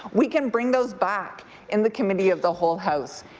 we can bring those back in the committee of the whole house.